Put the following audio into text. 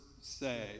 say